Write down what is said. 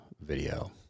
video